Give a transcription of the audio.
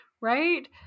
Right